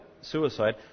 suicide